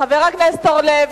חבר הכנסת אורלב,